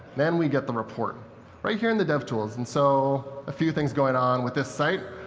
then we get the report right here in the devtools. and so a few things going on with this site,